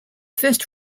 first